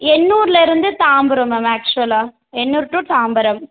எண்ணூர்லிருந்து Tambaram ma'am ஆக்சுவலாக Ennore to Tambaram